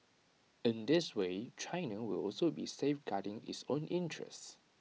in this way China will also be safeguarding its own interests